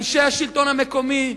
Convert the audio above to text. אנשי השלטון המקומי,